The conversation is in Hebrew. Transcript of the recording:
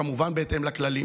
כמובן בהתאם לכללים,